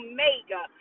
Omega